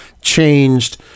changed